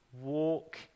walk